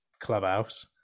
clubhouse